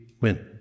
win